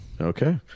Okay